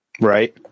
Right